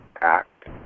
act